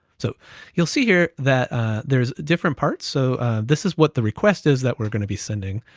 so you'll see here that there's different parts. so this is what the request is that we're gonna be sending,